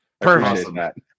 perfect